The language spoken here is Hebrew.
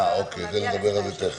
נגיע לזה.